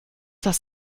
das